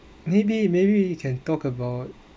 maybe maybe you can talk about